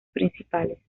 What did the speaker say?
principales